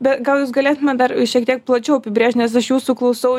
bet gal jūs galėtumėt dar šiek tiek plačiau apibrėžt nes aš jūsų klausau